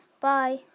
bye